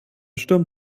sturm